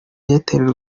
airtel